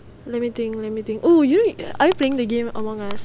let me think let me think oh you know are you playing the game among us